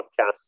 podcasts